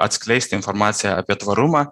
atskleisti informaciją apie tvarumą